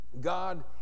God